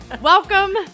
welcome